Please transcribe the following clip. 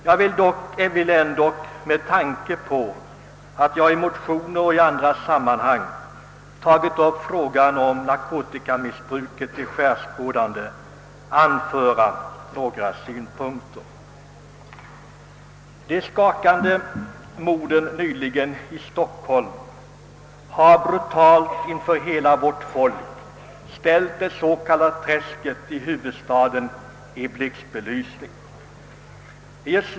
Jag vill emellertid ändå, med tanke på att jag i motioner och vid andra sammanhang tagit upp frågan om narkotikamissbruket till skärskådande, anföra några synpunkter. De skakande, nyligen i Stockholm inträffade morden har på ett brutalt sätt inför hela vårt folk ställt det s.k. träsket i huvudstaden under blixtbelysning.